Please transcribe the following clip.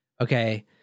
Okay